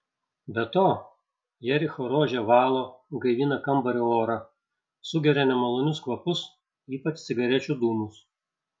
be to jericho rožė valo gaivina kambario orą sugeria nemalonius kvapus ypač cigarečių dūmus